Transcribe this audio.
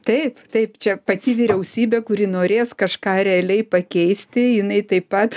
taip taip čia pati vyriausybė kuri norės kažką realiai pakeisti jinai taip pat